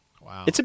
Wow